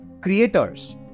creators